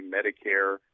Medicare